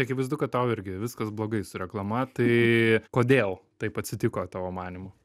akivaizdu kad tau irgi viskas blogai su reklama tai kodėl taip atsitiko tavo manymu